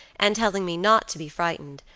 and telling me not to be frightened,